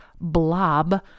blob